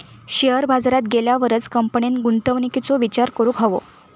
share बाजारात गेल्यावरच कंपनीन गुंतवणुकीचो विचार करूक हवो